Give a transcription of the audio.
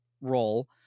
role